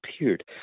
appeared